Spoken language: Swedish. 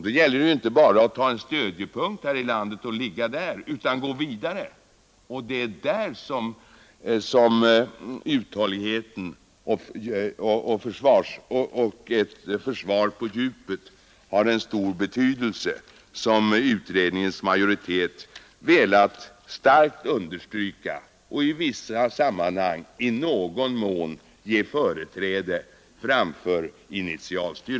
Då gäller det inte bara för angriparen att få en stödjepunkt här i landet och hålla den utan då gäller det att gå vidare, och det är där som uthålligheten och ett försvar på djupet har sin stora betydelse. Det är denna uthållighet som utredningens majoritet i vissa sammanhang i någon mån velat ge företräde framför initialstyrkan.